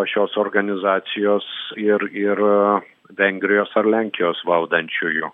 šios organizacijos ir ir vengrijos ar lenkijos valdančiųjų